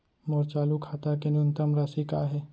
मोर चालू खाता के न्यूनतम राशि का हे?